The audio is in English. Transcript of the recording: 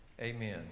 Amen